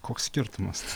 koks skirtumas